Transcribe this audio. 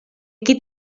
aquí